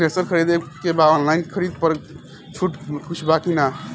Thresher खरीदे के बा ऑनलाइन खरीद पर कुछ छूट बा कि न?